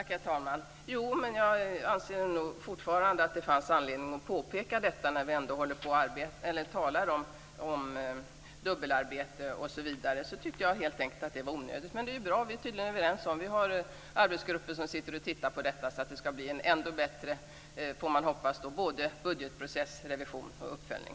Herr talman! Jo, men jag anser nog fortfarande att det fanns anledning att påpeka, när vi ändå talar om dubbelarbete osv., att det helt enkelt var ett onödigt arbete. Men det är bra att vi tydligen är överens. Vi har nu arbetsgrupper som ska se över detta så att det ska bli en ännu bättre, får man hoppas, budgetprocess, revision och uppföljning.